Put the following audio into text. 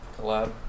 collab